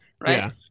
right